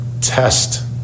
test